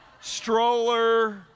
stroller